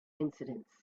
incidents